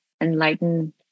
enlightened